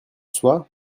soi